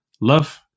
love